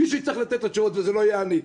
מישהו יצטרך לתת לה תשובות וזה לא יהיה אני.